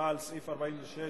הצבעה על סעיף 46(1)(ב),